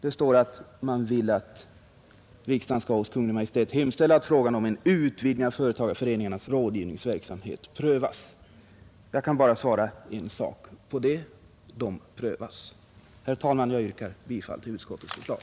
Det heter att man vill att riksdagen skall hos Kungl. Maj:t hemställa ”att frågan om en utvidgning av företagareföreningarnas rådgivningsverksamhet prövas”. Jag kan bara svara en sak på detta: den prövas. Herr talman! Jag yrkar bifall till utskottets förslag.